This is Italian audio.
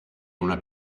una